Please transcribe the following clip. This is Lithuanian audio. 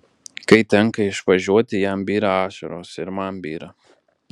kai tenka išvažiuoti jam byra ašaros ir man byra